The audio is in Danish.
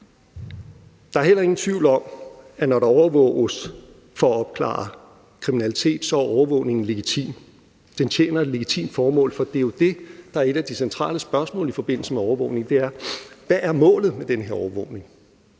Der er heller ingen tvivl om, at når der overvåges for at opklare kriminalitet, er overvågningen legitim. Den tjener et legitimt formål. Det er jo det, der er et af de centrale spørgsmål i forbindelse med overvågning: Hvad er målet med den her overvågning?